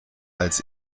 als